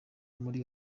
muri